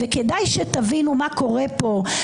וכדאי שתבינו מה קורה פה,